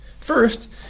First